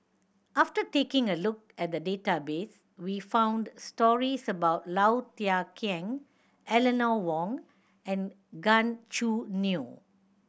after taking a look at the database we found stories about Low Thia Khiang Eleanor Wong and Gan Choo Neo